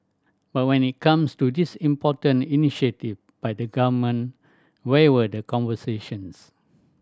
but when it comes to this important initiative by the Government where were the conversations